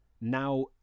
now